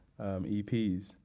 EPs